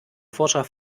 forscher